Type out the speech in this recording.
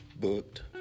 booked